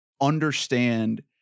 understand